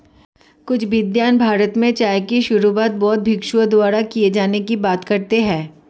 कुछ विद्वान भारत में चाय की शुरुआत बौद्ध भिक्षुओं द्वारा किए जाने की बात कहते हैं